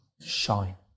shine